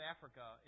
Africa